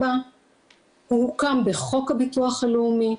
הוא הוקם בחוק הביטוח הלאומי,